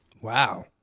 Wow